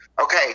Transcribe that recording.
okay